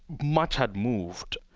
much had moved.